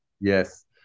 yes